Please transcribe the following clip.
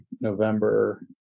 November